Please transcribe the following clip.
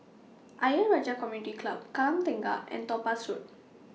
Ayer Rajah Community Club Kallang Tengah and Topaz Road